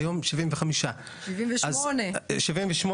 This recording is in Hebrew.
היום יש 78. אז יש פה